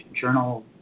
Journal